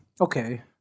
Okay